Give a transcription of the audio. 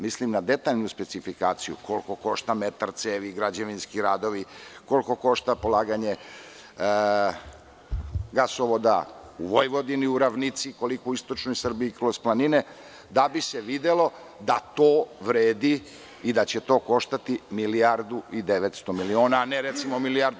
Mislim na detaljnu specifikaciju koliko košta metar cevi, građevinski radovi, koliko košta polaganje gasovoda u Vojvodini, u ravnici, koliko u istočnoj Srbiji kroz planine, da bi se videlo da to vredi i da će to koštati 1,9 milijardu, a ne recimo 1,7 milijarde.